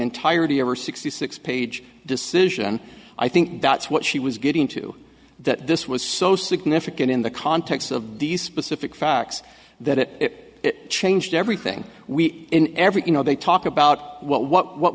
entirety of her sixty six page decision i think that's what she was getting to that this was so significant in the context of these specific facts that changed everything we in every you know they talk about what what what